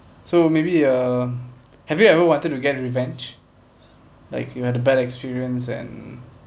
so maybe uh have you ever wanted to get revenge like you had a bad experience and